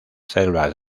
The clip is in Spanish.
selvas